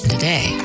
Today